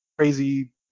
crazy